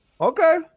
Okay